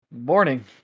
morning